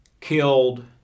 killed